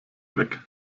weg